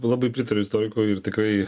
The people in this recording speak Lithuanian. labai pritariu istorikui ir tikrai